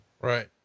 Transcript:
Right